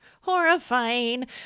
horrifying